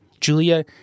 Julia